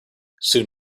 soon